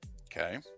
Okay